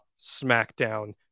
SmackDown